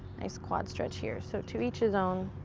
nice quad stretch here, so to each his own.